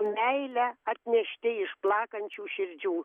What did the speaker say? meile atnešti iš plakančių širdžių